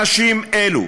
אנשים אלו,